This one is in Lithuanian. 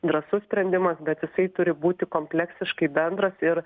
drąsus sprendimas bet jisai turi būti kompleksiškai bendras ir